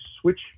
switch